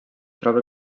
troba